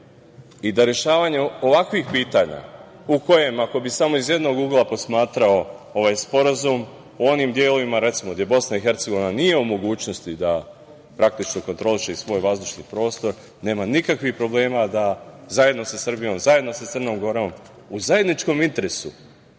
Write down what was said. i da rešavanje ovakvih pitanja, u kojem, ako bi samo iz jednog ugla posmatrao ovaj sporazum, u onim delovima, recimo, gde BiH nije u mogućnosti da kontroliše i svoj vazdušni prostor, nema nikakvih problema da zajedno sa Srbijom, zajedno sa Crnom Gorom, u zajedničkom interesu